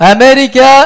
America